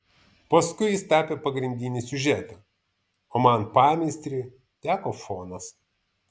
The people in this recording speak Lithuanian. paskui jis tapė pagrindinį siužetą o man pameistriui teko fonas